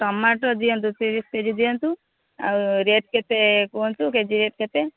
tomato ଦିଅନ୍ତୁ ତିରିଶ KG ଦିଅନ୍ତୁ ଆଉ ରେଟ୍ କେତେ କୁହନ୍ତୁ କେଜି ରେଟ୍ କେତେ